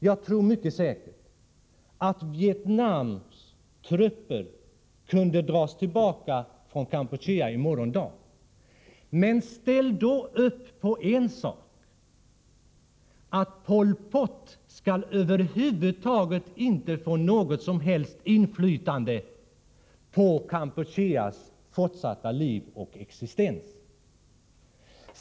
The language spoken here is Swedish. Jag tror säkert att Vietnams trupper kunde dras tillbaka från Kampuchea i morgon dag. Men ställ då upp på en sak — att Pol Pot inte får något som helst inflytande på Kampucheas fortsatta liv och existens!